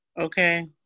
Okay